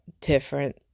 different